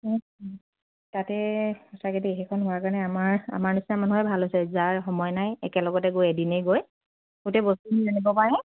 তাতেই সঁচাকে দেই সেইখন হোৱাৰ কাৰণে আমাৰ আমাৰ নিচিনা মানুহৰ ভাল হৈছে যাৰ সময় নাই একেলগতে গৈ এদিনে গৈ গোটেই বস্তুখিনি আনিব পাৰে